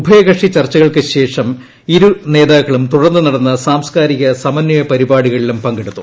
ഉഭയകക്ഷി ചർച്ചകൾക്ക്ശേഷം ഇരു നേതാക്കളും തുടർന്ന് നടന്ന സാംസ്കാരിക സമന്വയ പരിപാടികളിലും പങ്കെടുത്തു